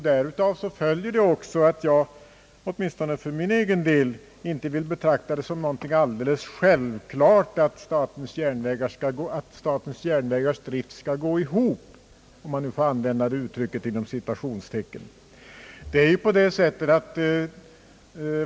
Därav följer också att jag åtminstone för min egen del inte vill betrakta det som något alldeles självklart att statens järnvägar strikt skall gå ihop, om man nu får använda det uttrycket.